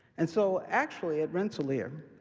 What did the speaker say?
and so actually at rensselaer,